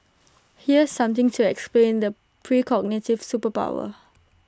here's something to explain the precognitive superpower